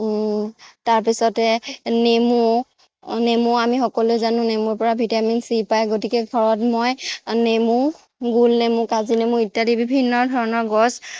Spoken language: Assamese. তাৰ পিছতে নেমু নেমু আমি সকলোৱে জানো নেমুৰ পৰা ভিটামিন চি পায় গতিকে ঘৰত মই নেমু গোল নেমু কাজি নেমু ইত্যাদি বিভিন্ন ধৰণৰ গছ